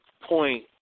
point